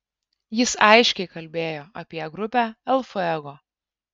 jis aiškiai kalbėjo apie grupę el fuego